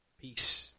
peace